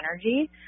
energy